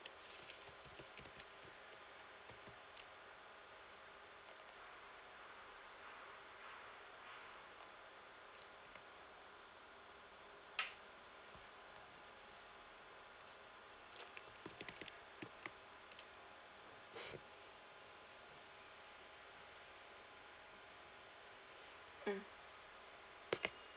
mm